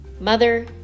mother